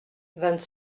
vingt